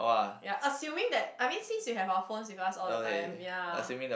ya assuming that I mean since we have our phones with us all the time ya